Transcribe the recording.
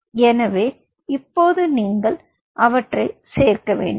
எனவே இப்போது நீங்கள் அவற்றைச் சேர்க்க வேண்டும்